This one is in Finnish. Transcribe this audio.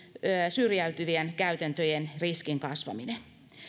syrjivien käytäntöjen riskin kasvaminen